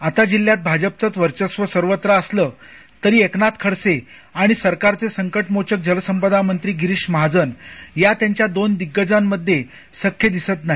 आता जिल्ह्यात भाजपाचंच वर्चस्व सर्वत्र असलं तरी एकनाथ खडसे आणि सरकारचे संकटमोचक जलसंपदा मंत्री गिरीश महाजन या त्यांच्या दोन दिग्गजांमध्ये सख्य दिसत नाही